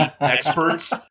experts